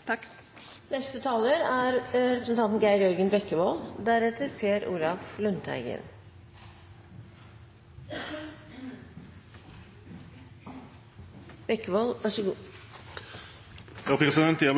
vil